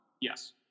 Yes